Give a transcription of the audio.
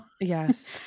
Yes